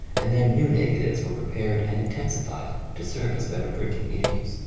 and then new negatives were pre pared and intensified to serve as better print ing medimns.